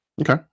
Okay